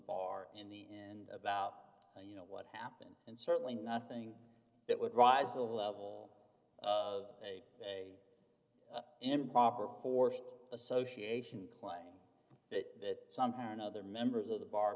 bar in the end about you know what happened and certainly nothing that would rise to the level of a a improper forced association claim that somehow or another members of the bar